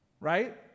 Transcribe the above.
right